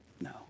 No